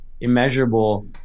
immeasurable